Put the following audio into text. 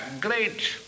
great